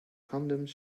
condoms